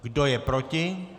Kdo je proti?